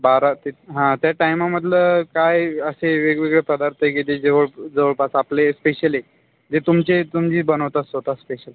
बारा ते हां त्या टाईमामधलं काय असे वेगवेगळे पदार्थ आहे की ते जवळ जवळपास आपले स्पेशल आहे जे तुमचे तुम्ही बनवता स्वत स्पेशल